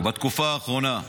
או בתקופה האחרונה.